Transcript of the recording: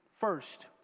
First